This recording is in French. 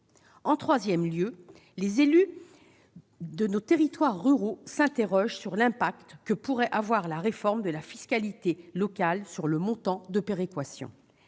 Par ailleurs, les élus de nos territoires ruraux s'interrogent sur l'impact que pourrait avoir la réforme de la fiscalité locale sur les montants de péréquation.